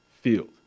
field